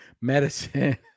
medicine